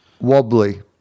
Wobbly